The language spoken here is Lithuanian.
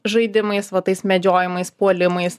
žaidimais va tais medžiojamais puolimais